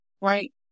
right